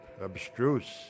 abstruse